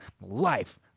life